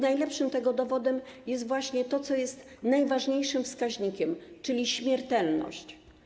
Najlepszym tego dowodem jest właśnie to, co jest najważniejszym wskaźnikiem, czyli śmiertelność.